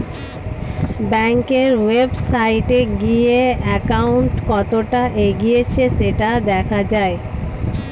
ব্যাংকের ওয়েবসাইটে গিয়ে অ্যাকাউন্ট কতটা এগিয়েছে সেটা দেখা যায়